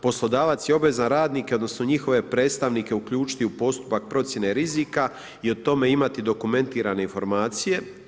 Poslodavac je obvezan radnike odnosno njihove predstavnike uključiti u postupak procjene rizika i o tome imati dokumentirane informacije.